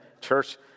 church